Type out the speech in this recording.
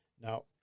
Now